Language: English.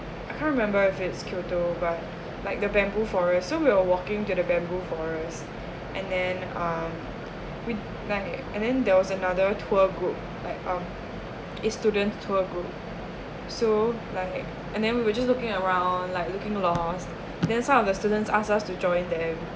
can't remember if it's kyoto but like the bamboo forest so we were walking to the bamboo forest and then um we like and then there was another tour group like um a student tour group so like and then we're just looking around like looking lost then some of the students ask us to join them